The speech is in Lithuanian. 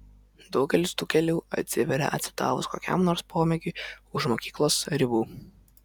daugelis tų kelių atsiveria atsidavus kokiam nors pomėgiui už mokyklos ribų